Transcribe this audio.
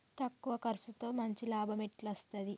తక్కువ కర్సుతో మంచి లాభం ఎట్ల అస్తది?